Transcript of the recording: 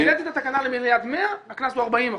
הגדלתי את התקנה למיליארד מאה, הקנס הוא 40%,